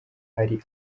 ari